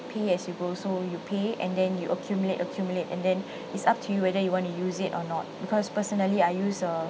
pay as you go so you pay and then you accumulate accumulate and then it's up to you whether you want to use it or not because personally I use uh